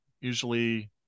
usually